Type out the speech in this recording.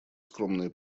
скромные